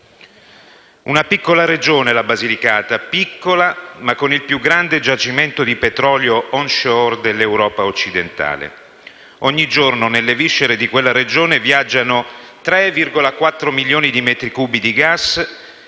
una piccola Regione, ma ha il più grande giacimento di petrolio *off-shore* dell'Europa occidentale. Ogni giorno, nelle viscere di quella Regione, viaggiano 3,4 milioni di metri cubi di gas